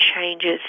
changes